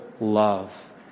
love